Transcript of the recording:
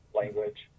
language